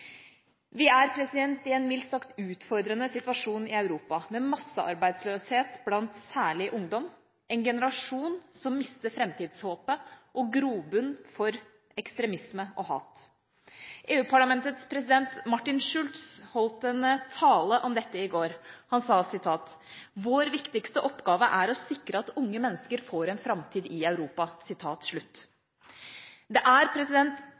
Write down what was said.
Vi er i en mildt sagt utfordrende situasjon i Europa med massearbeidsløshet blant særlig ungdom, en generasjon som mister framtidshåpet og grobunn for ekstremisme og hat. EU-parlamentets president Martin Schulz holdt en tale om dette i går. Han sa: Vår viktigste oppgave er å sikre at unge mennesker får en framtid i Europa. Det er